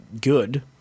good –